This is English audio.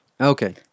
Okay